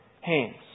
hands